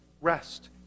rest